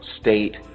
state